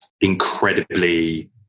incredibly